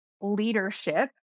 leadership